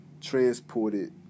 Transported